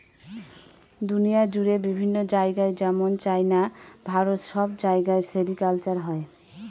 দুনিয়া জুড়ে বিভিন্ন জায়গায় যেমন চাইনা, ভারত সব জায়গায় সেরিকালচার হয়